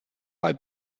while